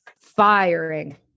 firing